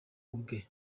ubwe